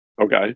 Okay